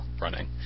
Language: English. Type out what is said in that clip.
running